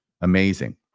Amazing